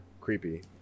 creepy